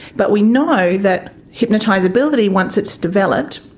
but we know that hypnotisability, once it's developed,